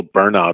burnout